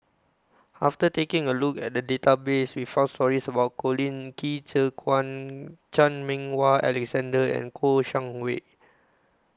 after taking A Look At The Database We found stories about Colin Qi Zhe Quan Chan Meng Wah Alexander and Kouo Shang Wei